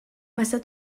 massa